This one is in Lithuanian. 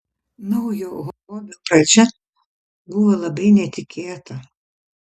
naujo hobio pradžia būva labai netikėta